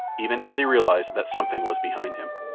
even as he realized that something was behind him.